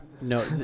No